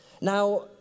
Now